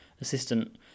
assistant